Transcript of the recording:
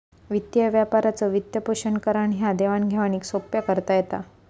वित्तीय व्यापाराचो वित्तपोषण करान ह्या देवाण घेवाणीक सोप्पा करता येता